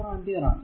v 2 6 i ആണ്